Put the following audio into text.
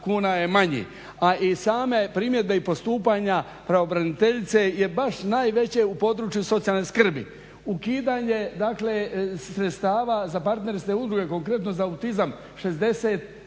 kuna je manji, a iz same primjedbe i postupanja pravobraniteljice je baš najveće u području socijalne skrbi. Ukidanje dakle sredstava za partnerske udruge, konkretno za autizam 60